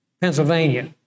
Pennsylvania